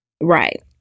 Right